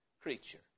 creature